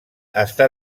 està